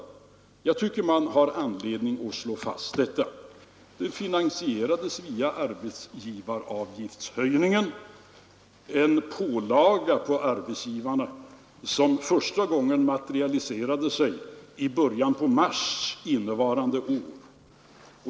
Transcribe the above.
Jag tycker att man har anledning att slå fast detta. Via höjningen av arbetsgivaravgiften lades en pålaga på arbetsgivarna, som första gången materialiserade sig i en betalning i början av mars innevarande år.